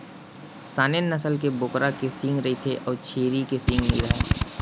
Saanen नसल के बोकरा के सींग रहिथे अउ छेरी के सींग नइ राहय